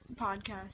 podcast